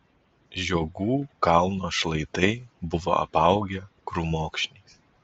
žiogų kalno šlaitai buvo apaugę krūmokšniais